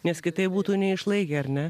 nes kitaip būtų neišlaikę ar ne